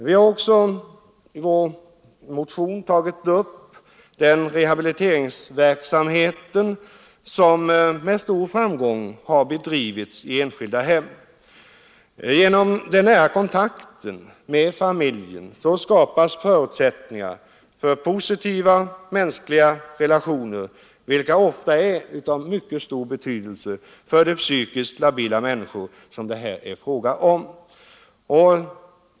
Vi har i motionen också tagit upp den rehabiliteringsverksamhet som med stor framgång har bedrivits i enskilda hem. Genom den nära kontakten med familjen skapas förutsättningar för postiva mänskliga relationer, vilka ofta är av mycket stor betydelse för de psykiskt labila människor som det här är fråga om.